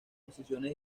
posiciones